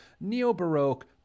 Neo-Baroque